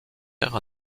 terre